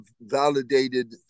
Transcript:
validated